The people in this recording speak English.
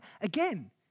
Again